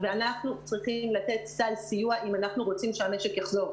ואנחנו צריכים לתת סל סיוע אם אנחנו רוצים שהמשק יחזור,